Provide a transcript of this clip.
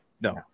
No